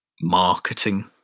marketing